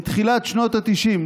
בתחילת שנות התשעים,